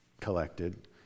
collected